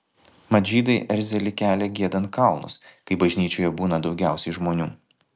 mat žydai erzelį kelia giedant kalnus kai bažnyčioje būna daugiausiai žmonių